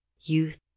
Youth